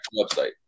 website